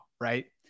right